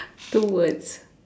two words